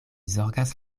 zorgas